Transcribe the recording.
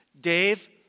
Dave